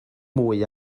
mwy